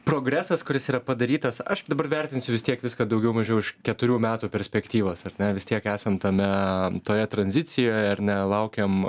progresas kuris yra padarytas aš dabar vertinsiu vis tiek viską daugiau mažiau iš keturių metų perspektyvos ar ne vis tiek esam tame toje tranzicijoje ar ne laukiam